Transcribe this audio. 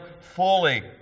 fully